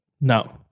No